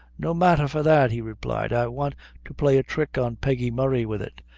no matther for that, he replied i want to play a thrick on peggy murray wid it,